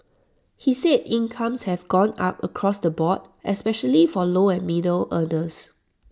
he said incomes have gone up across the board especially for low and middle earners